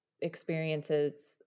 experiences